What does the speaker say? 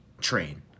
train